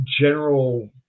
general